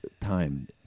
time